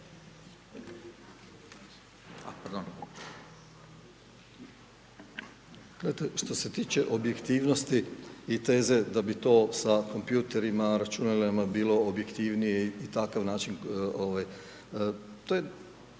Što se tiče objektivnosti i teze da bi to sa kompjuterima, računalima bilo objektivnije i takav način to je,